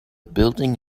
building